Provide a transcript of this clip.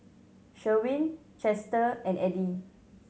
Sherwin Chester and Eddie